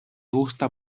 gusta